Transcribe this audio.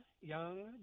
young